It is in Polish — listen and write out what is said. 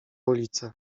ulicę